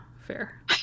fair